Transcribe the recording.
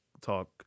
talk